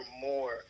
more